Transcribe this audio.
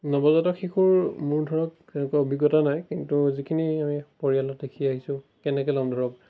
নৱজাতক শিশুৰ মোৰ ধৰক তেনেকুৱা অভিজ্ঞতা নাই কিন্তু যিখিনি আমি পৰিয়ালত দেখি আহিছোঁ কেনেকৈ ল'ম ধৰক